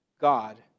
God